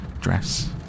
dress